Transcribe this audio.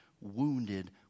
wounded